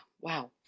Wow